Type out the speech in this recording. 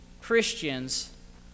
Christians